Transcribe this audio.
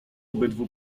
obydwu